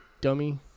dummy